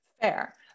Fair